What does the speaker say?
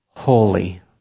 Holy